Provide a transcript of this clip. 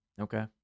Okay